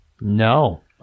No